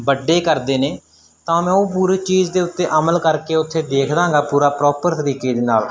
ਵੱਡੇ ਕਰਦੇ ਨੇ ਤਾਂ ਮੈਂ ਉਹ ਪੂਰੀ ਚੀਜ਼ ਦੇ ਉੱਤੇ ਅਮਲ ਕਰਕੇ ਉੱਥੇ ਦੇਖਦਾ ਗਾ ਪੂਰਾ ਪ੍ਰੋਪਰ ਤਰੀਕੇ ਦੇ ਨਾਲ